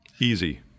Easy